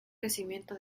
crecimiento